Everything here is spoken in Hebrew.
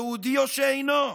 יהודי או שאינו,